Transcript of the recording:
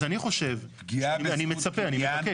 אז אני חושב, אני מבקש.